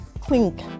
clink